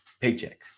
paycheck